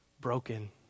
broken